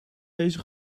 deze